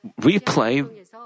replay